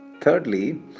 Thirdly